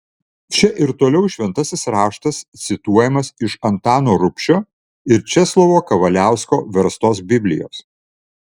čia ir toliau šventasis raštas cituojamas iš antano rubšio ir česlovo kavaliausko verstos biblijos